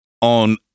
on